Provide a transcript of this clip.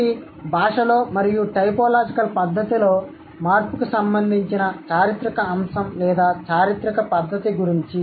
ఇది భాషలో మరియు టైపోలాజికల్ పద్ధతిలో మార్పుకు సంబంధించిన చారిత్రక అంశం లేదా చారిత్రక పద్ధతి గురించి